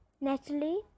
Natalie